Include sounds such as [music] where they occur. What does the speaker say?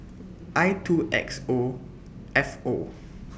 I two X O F O [noise]